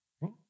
right